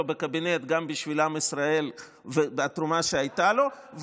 בקבינט גם בשביל עם ישראל והתרומה שהייתה לו,